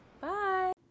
Bye